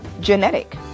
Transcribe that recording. genetic